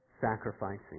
Sacrificing